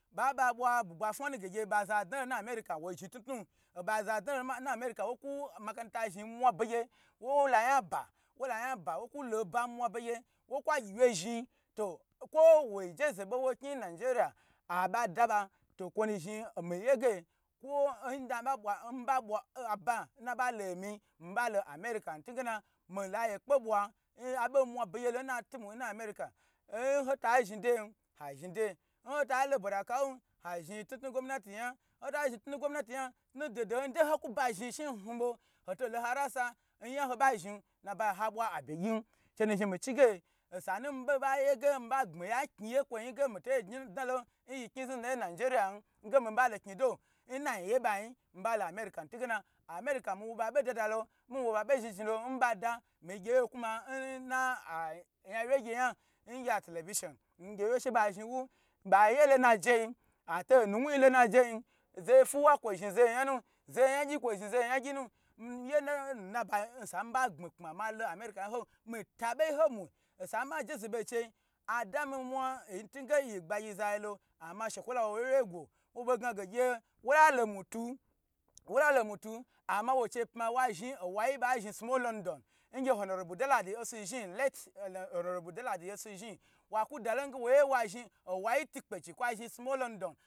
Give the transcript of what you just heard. Ba ba bwa bugba fwa nu ge gye ba za dna lo na america woi zhi knu knu oba za dna lo america wo ku makata zhni n mwa be gye woi la yan ba wo ku lo oba mwa be gye wokwa gyi wye zhni to kwo wo jeze be wo kni nigeria aba da ba to okwo nu zhi ya ye ge kwo nge nna bwa nmi ba bwa aba nnaba lo nmi nmalo america nu ntugena mila be ye kpe bwa n abo mwa begye lo n natu mu nna america nnnta zhni degen ha zhni deye nho ta lo bwa da ka wun ha zhni tnu tnu gomati yan nho ta zhni gomanatiyan tnu tnu dododo yi ntei ho ku ba zhni shi hnhn bo hoto lo ha rasa nyon haba zhni nnaba ba bwa abye gyi che nu zhni mi chi ge osa na mi bo ba ge ge mi ba gbmi ya kni ye kwo yi ge mito dna lon yi kni zni ta yen nigeria nge miba lo kno do nna gi ye bma yi mi ba lo america america mi wo ba bo da lo mi waba ba zhi zhi lo nba da, mi gye kuma nn ayi awye gye yan ngye atelevision she ba zhni wu ba ye lo na je yi ba to na wu lo na jei ze ye fuwa kwo zhi zeye yan nu, ze ye yan gyi kwo zhi ze ye yan gyi nu mye miye miyan mbayi mba osa mi ba gbmi kpa ma lo america yeto to aboyi honu osa mba je zebe cher ada mi mwa ntu nge mi gbagyi zalo ama shekwola wo wye wye yi gwo wo bo gna ge gye walalo mu tu, wola lo mutu amo wo che pma wa zhni owayi ba zhni simo london ngye honourebu danladi osu zhin, late honourable danladi osu zhin wa ku da lone ge wo ye wa zhin owa tukpe chi kwa zhin simo london